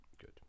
Good